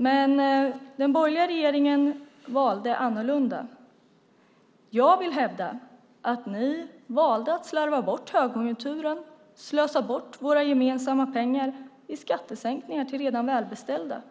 Men den borgerliga regeringen valde annorlunda. Jag vill hävda att ni valde att slarva bort högkonjunkturen och slösa bort våra gemensamma pengar på skattesänkningar till redan välbeställda.